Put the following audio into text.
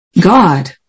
God